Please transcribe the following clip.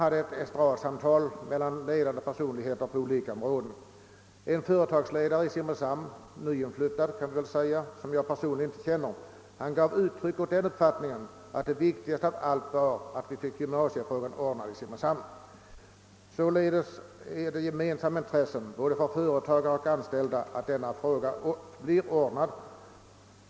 Vid ett estradsamtal mellan ledande personer på olika områden gav en nyinflyttad företagsledare i Simrishamn, vilken jag inte personligen känner, uttryck för uppfattningen att det viktigaste av allt var att vi fick gymnasiefrågan ordnad i Simrishamn. Det är alltså ett för företagare och anställda gemensamt intresse.